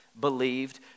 believed